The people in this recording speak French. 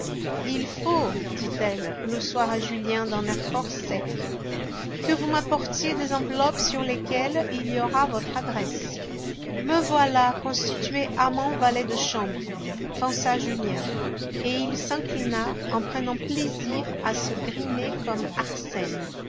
il faut dit-elle le soir à julien d'un air fort sec que vous m'apportiez des enveloppes sur lesquelles il y aura votre adresse me voilà constitué amant valet de chambre pensa julien et il s'inclina en prenant plaisir à se grimer comme arsène